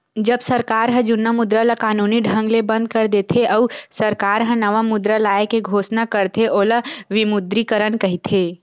जब सरकार ह जुन्ना मुद्रा ल कानूनी ढंग ले बंद कर देथे, अउ सरकार ह नवा मुद्रा लाए के घोसना करथे ओला विमुद्रीकरन कहिथे